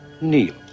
Kneel